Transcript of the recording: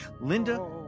Linda